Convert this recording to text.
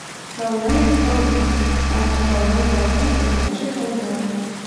kalnai ant kalnų ant tų kalnų kalnai ir maži kalneliai